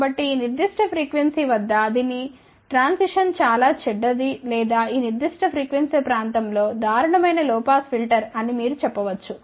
కాబట్టి ఈ నిర్దిష్ట ఫ్రీక్వెన్సీ వద్ద దీని ప్రవర్తన చాలా చెడ్డది లేదా ఈ నిర్దిష్ట ఫ్రీక్వెన్సీ ప్రాంతం లో దారుణమైన లో పాస్ ఫిల్టర్ అని మీరు చెప్పవచ్చు